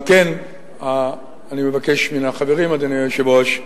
על כן אני מבקש מן החברים, אדוני היושב-ראש,